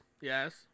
Yes